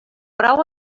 prou